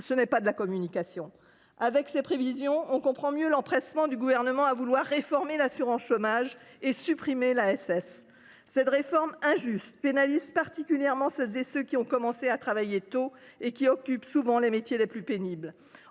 ce n’est pas de la communication ! Avec de telles prévisions, on comprend mieux l’empressement du Gouvernement à vouloir réformer l’assurance chômage et supprimer l’ASS ! Cette réforme injuste pénalise particulièrement celles et ceux qui ont commencé à travailler tôt et qui occupent souvent les métiers les plus pénibles.